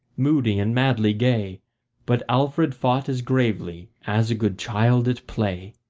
moody and madly gay but alfred fought as gravely as a good child at play.